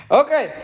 okay